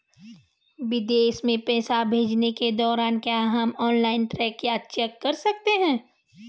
विदेश में पैसे भेजने के दौरान क्या हम ऑनलाइन ट्रैक या चेक कर सकते हैं?